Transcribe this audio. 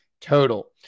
total